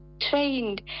trained